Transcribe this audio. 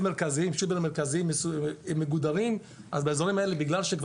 אז אנחנו